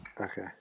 Okay